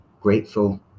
grateful